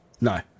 No